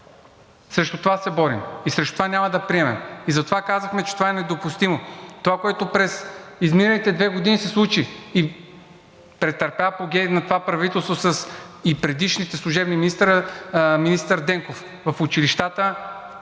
Срещу това се борим, това няма да приемем и затова казахме, че това е недопустимо. Това, което през изминалите две години се случи и претърпя апогей, това правителство, и предишния служебен министър Денков – в училищата